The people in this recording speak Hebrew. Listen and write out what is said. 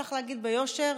צריך להגיד ביושר,